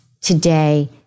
today